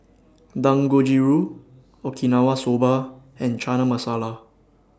Dangojiru Okinawa Soba and Chana Masala